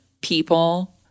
people